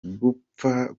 gupfuba